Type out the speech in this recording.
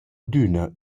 adüna